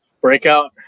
breakout